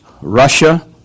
Russia